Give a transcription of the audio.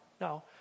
no